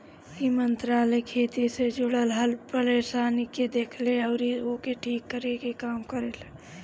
इ मंत्रालय खेती से जुड़ल हर परेशानी के देखेला अउरी ओके ठीक करे के काम करेला